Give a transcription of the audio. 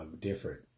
different